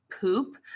poop